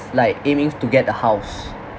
like aiming to get the house